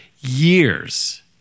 years